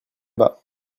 bas